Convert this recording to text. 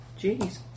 Jeez